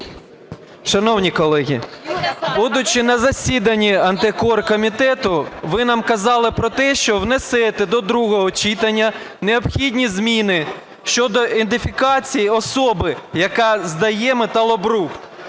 Шановні колеги, будучи на засіданні антикоркомітету, ви нам казали про те, що внесете до другого читання необхідні зміни щодо ідентифікації особи, яка здає металобрухт.